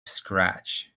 scratch